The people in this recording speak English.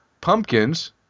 pumpkins